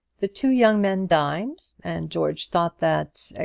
the two young men dined and george thought that,